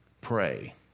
pray